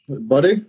Buddy